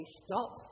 stop